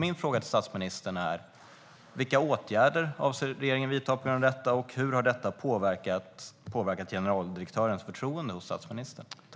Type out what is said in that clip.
Min fråga till statsministern är: Vilka åtgärder avser regeringen att vidta på grund av detta, och hur har detta påverkat statsministerns förtroende för generaldirektören?